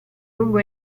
lungo